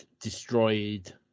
destroyed